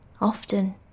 often